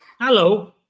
hello